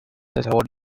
تصور